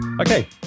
Okay